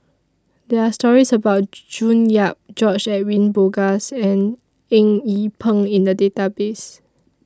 There Are stories about June Yap George Edwin Bogaars and Eng Yee Peng in The Database